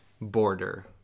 border